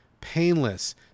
painless